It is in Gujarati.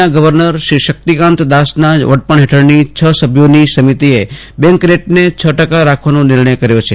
ના ગવર્નર શક્તિકાંત દાસના વડપણ હેઠળની છ સભ્યોની સમિતિએ બેંક રેટને છ ટકા રાખવાનો નિર્ણય કર્યો છે